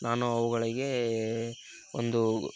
ನಾನು ಅವುಗಳಿಗೆ ಒಂದು